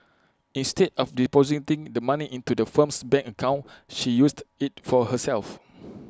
instead of depositing the money into the firm's bank account she used IT for herself